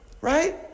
right